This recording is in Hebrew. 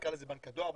נקרא לזה בנק הדואר,